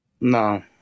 No